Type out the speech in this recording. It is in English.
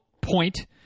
point